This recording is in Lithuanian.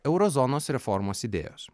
euro zonos reformos idėjos